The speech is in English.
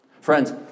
Friends